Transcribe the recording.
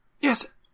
Yes